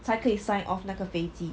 才可以 sign off 那个飞机